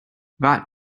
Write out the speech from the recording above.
that